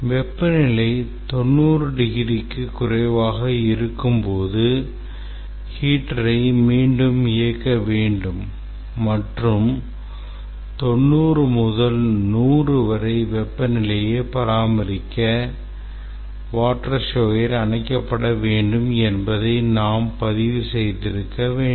வெப்பநிலை 90 டிகிரிக்கு குறைவாக இருக்கும்போது ஹீட்டரை மீண்டும் இயக்க வேண்டும் மற்றும் 90 முதல் 100 வரை வெப்பநிலையை பராமரிக்க water shower அணைக்கப்பட வேண்டும் என்பதை நாம் பதிவு செய்திருக்க வேண்டும்